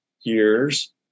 years